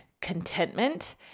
contentment